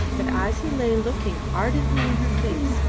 but as he lay looking ardently in her face,